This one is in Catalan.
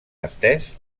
estès